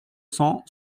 cents